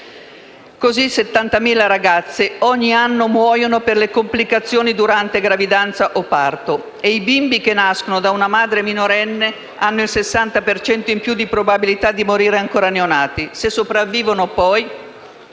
Così 70.000 ragazze ogni anno muoiono per le complicazioni durante gravidanza o parto e i bimbi che nascono da una madre minorenne hanno il 60 per cento in più di probabilità di morire ancora neonati. Se sopravvivono, poi,